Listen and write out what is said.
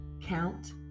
Count